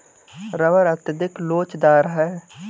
rubber अत्यधिक लोचदार है